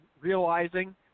realizing –